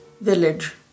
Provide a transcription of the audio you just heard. village